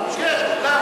כן, למה?